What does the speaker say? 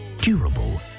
durable